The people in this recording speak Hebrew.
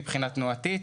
מבחינה תנועתית.